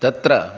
तत्र